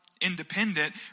independent